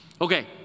Okay